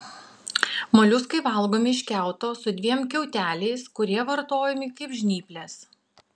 moliuskai valgomi iš kiauto su dviem kiauteliais kurie vartojami kaip žnyplės